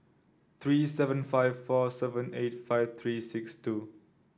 three seven five four seven eight five three six two